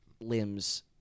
limbs